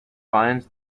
finds